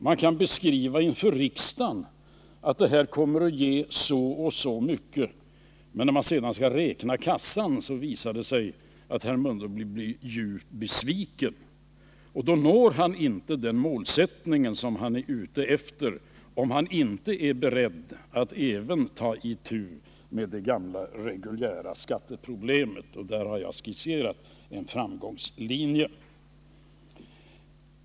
Man kan beskriva inför riksdagen att dessa punktskatter kommer att ge så och så mycket, men när herr Mundebo sedan skall räkna kassan blir han djupt besviken. Han når inte det mål som han är ute efter att nå, om han inte är beredd att ta itu med det gamla reguljära skatteproblemet. Där har jag skisserat en framgångslinje.